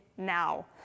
now